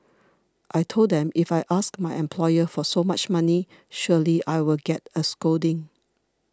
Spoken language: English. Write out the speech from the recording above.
I told them if I ask my employer for so much money surely I will get a scolding